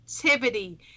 creativity